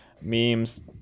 memes